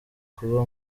kuba